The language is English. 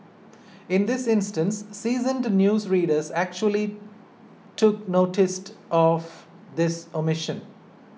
in this instance seasoned news readers actually took noticed of this omission